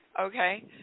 Okay